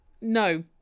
No